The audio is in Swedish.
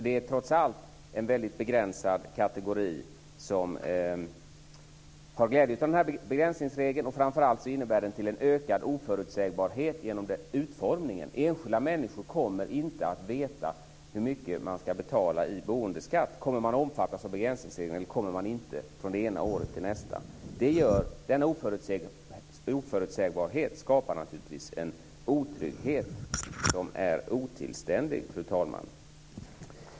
Det är trots allt en väldigt begränsad kategori som har glädje av denna begränsningsregel. Framför allt innebär regeln en ökad oförutsägbarhet genom utformningen av den. Enskilda människor kommer inte att veta hur mycket de ska betala i boendeskatt från det ena året till nästa. Kommer man att omfattas av begränsningsregeln eller kommer man inte att göra det? Denna oförutsägbarhet skapar naturligtvis en otrygghet som är otillständig, fru talman.